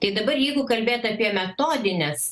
tai dabar jeigu kalbėt apie metodinės